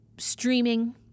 streaming